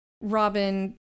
Robin